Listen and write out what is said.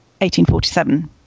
1847